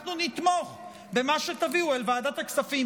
ואנחנו נתמוך במה שתביאו אל ועדת הכספים,